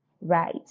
Right